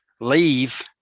leave